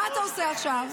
מה אתה עושה עכשיו?